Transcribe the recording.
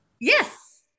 Yes